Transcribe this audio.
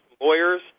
lawyers